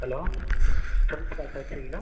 hello trends call டாக்ஸிங்களா